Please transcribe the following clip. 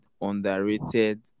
underrated